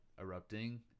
erupting